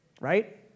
right